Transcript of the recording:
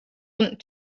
want